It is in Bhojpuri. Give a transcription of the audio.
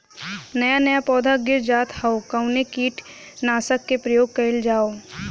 नया नया पौधा गिर जात हव कवने कीट नाशक क प्रयोग कइल जाव?